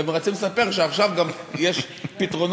והם רצים לספר שעכשיו גם יש פתרונות.